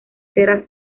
cera